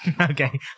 Okay